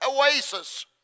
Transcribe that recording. oasis